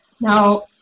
Now